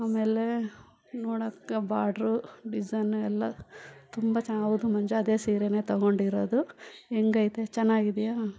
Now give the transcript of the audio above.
ಆಮೇಲೆ ನೋಡೊಕ್ಕೆ border design ಎಲ್ಲ ತುಂಬ ಚೆನ್ನಾ ಹೌದು ಮಂಜು ಅದೆ ಸೀರೆ ತಗೊಂಡಿರೋದು ಹೆಂಗೈತೆ ಚೆನ್ನಾಗಿದ್ಯಾ